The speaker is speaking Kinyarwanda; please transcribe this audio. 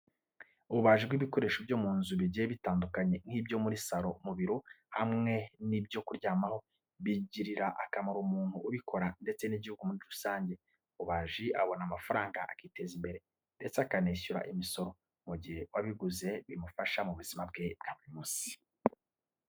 Ububaji bw'ibikoresho byo mu nzu bigiye bitandukanye nk'ibyo muri saro, mu biro, hamwe n'ibyo kuryamaho bigirira akamaro umuntu ubikora ndetse n'igihugu muri rusange. Umubaji abona amafaranga akiteza imbere ndetse akanishyura imisoro, mu gihe uwabiguze bimufasha mu buzima bwe bwa buri munsi.